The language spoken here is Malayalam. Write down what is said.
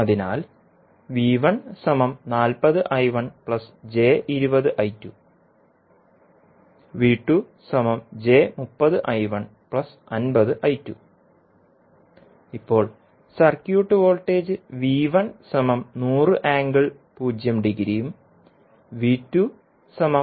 അതിനാൽ ഇപ്പോൾ സർക്യൂട്ട് വോൾട്ടേജ് ഉം ഉം ആണ്